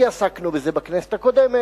כי עסקנו בזה בכנסת הקודמת,